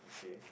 okay